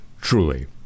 truly